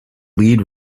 lead